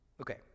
Okay